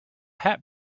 hat